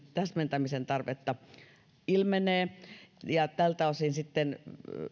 täsmentämisen tarvetta ilmenee tältä osin sitten